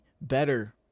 better